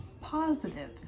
positive